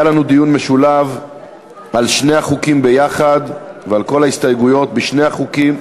היה לנו דיון משולב על שני החוקים יחד ועל כל ההסתייגויות בשני החוקים.